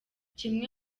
kimwe